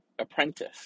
apprentice